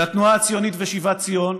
והתנועה הציונית ושיבת ציון